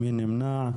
מי נמנע?